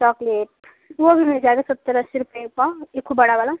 chocolate वो भी मिल जाएगा सत्तर अस्सी रुपये का एखु बड़ा वाला